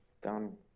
done